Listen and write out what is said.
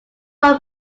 from